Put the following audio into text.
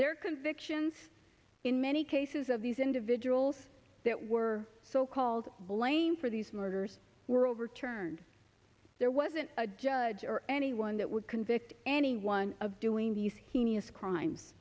their convictions in many cases of these individuals that were so called blame for these murders were overturned there wasn't a judge or anyone that would convict anyone of doing these heinous crimes